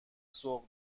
سوق